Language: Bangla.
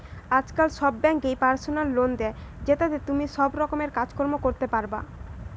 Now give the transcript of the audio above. আজকাল সব বেঙ্কই পার্সোনাল লোন দে, জেতাতে তুমি সব রকমের কাজ কর্ম করতে পারবা